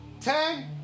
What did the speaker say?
Ten